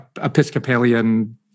Episcopalian